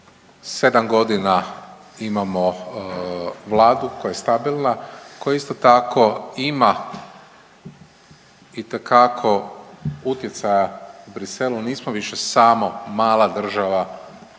7 godina imamo Vladu koja je stabilna, koja isto tako ima itekako utjecaj u Bruxellesu, nismo više samo mala država